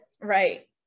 Right